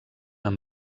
amb